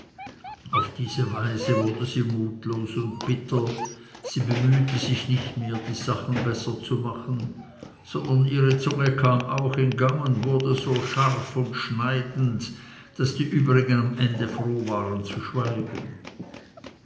auf diese weise wurde sie mutlos und bitter sie bemühte sich nicht mehr die sachen besser zu machen sondern ihre zunge kam auch in gang und wurde so scharf und schneidend daß die übrigen am ende froh waren zu schweigen